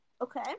Okay